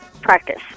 practice